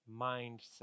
mindset